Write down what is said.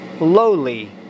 lowly